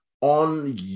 on